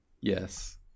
Yes